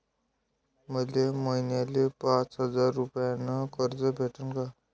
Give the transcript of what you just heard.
मले महिन्याले पाच हजार रुपयानं कर्ज भेटन का?